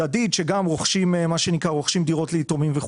שרוכשת דירות ליתומים.